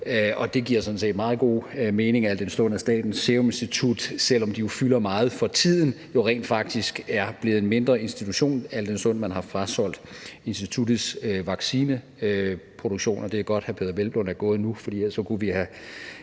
og det giver sådan set meget god mening, al den stund at Statens Serum Institut, selv om de jo fylder meget for tiden, rent faktisk er blevet en mindre institution, al den stund at man har frasolgt instituttets vaccineproduktion. Det er godt, at hr. Peder Hvelplund er gået nu, for ellers kunne vi have